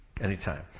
Anytime